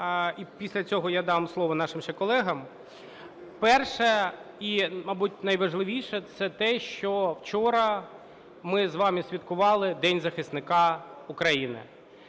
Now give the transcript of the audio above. після цього я дам слово нашим ще колегам. Перше і, мабуть, найважливіше – це те, що вчора ми з вами святкували День захисника України.